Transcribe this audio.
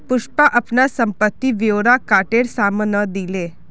पुष्पा अपनार संपत्ति ब्योरा कोटेर साम न दिले